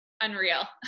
unreal